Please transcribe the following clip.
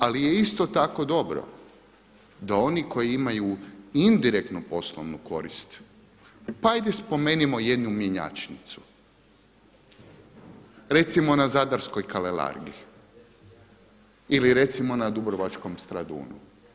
Ali je isto tako dobro da oni koji imaju indirektnu poslovnu korist, pa ajde spomenimo i jednu mjenjačnicu, recimo na zadarskoj Kalerargi ili recimo na dubrovačkom Stradunu.